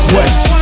West